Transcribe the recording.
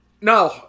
No